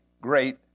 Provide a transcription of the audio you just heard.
great